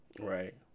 Right